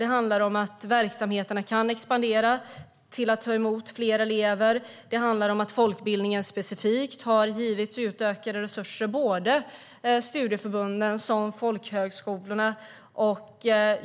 Det handlar om att verksamheterna kan expandera och ta emot fler elever, och folkbildningen specifikt har givits utökade resurser, både studieförbunden och folkhögskolorna.